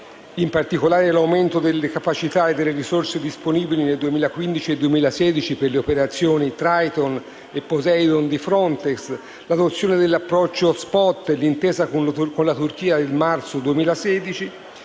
in particolare l'aumento delle capacità e delle risorse disponibili nel 2015 e 2016 per le operazioni Triton e Poseidon di Frontex, l'adozione dell'approccio *spot* e l'intesa con la Turchia del marzo 2016,